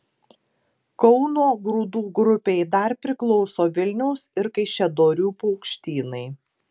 kauno grūdų grupei dar priklauso vilniaus ir kaišiadorių paukštynai